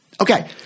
Okay